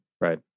Right